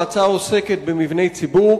ההצעה עוסקת במבני ציבור,